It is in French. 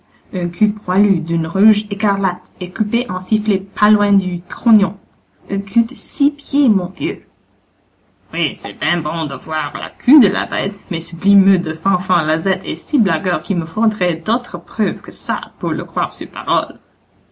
une queue poilue d'un rouge écarlate et coupée en sifflet pas loin du trognon une queue de six pieds mon vieux oui c'est ben bon de voir la queue de la bête mais c'vlimeux de fanfan lazette est si blagueur qu'il me faudrait d'autres preuves que ça pour le croire sur parole